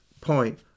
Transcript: point